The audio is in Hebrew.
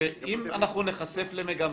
שאם אנחנו ניחשף למגמה,